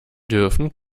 dürfen